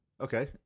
Okay